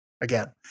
Again